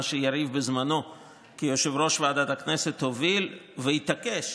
מה שיריב בזמנו כיושב-ראש ועדת הכנסת הוביל והתעקש.